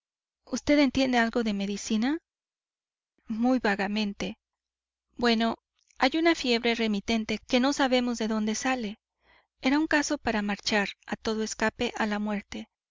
vd entiende algo de medicina muy vagamente bueno hay una fiebre remitente que no sabemos de dónde sale era un caso para marchar a todo escape a la muerte